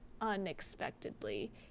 Unexpectedly